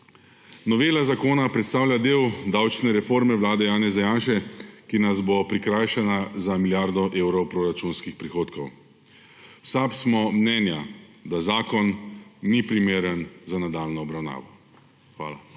zakona predstavlja del davčne reforme vlade Janeza Janše, ki nas bo prikrajšala za milijardo evrov proračunskih prihodkov. V SAB smo mnenja, da zakon ni primeren za nadaljnjo obravnavo. Hvala.